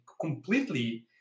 completely